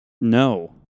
No